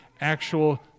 actual